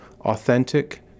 authentic